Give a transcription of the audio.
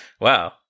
wow